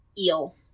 Eel